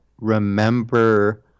remember